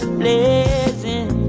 blazing